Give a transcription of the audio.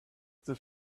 this